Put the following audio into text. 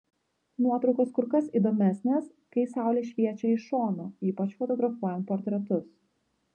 nuotraukos kur kas įdomesnės kai saulė šviečia iš šono ypač fotografuojant portretus